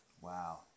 Wow